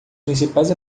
principais